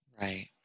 Right